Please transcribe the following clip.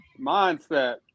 mindset